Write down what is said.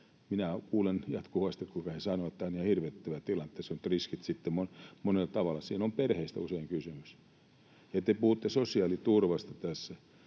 Minä kuulen jatkuvasti, kuinka he sanovat, että tämä on hirvittävä tilanne ja tässä on riskit monella tavalla. Siinä on usein kysymys perheistä. Te puhutte sosiaaliturvasta tässä.